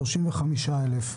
35 אלף,